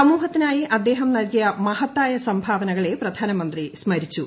സമൂഹത്തിനായി അദ്ദേഹം നൽകിയ മഹത്തായ സംഭാവനകളെ പ്രധാനമന്ത്രി സ്മരിച്ചു